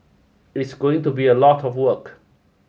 it's going to be a lot of work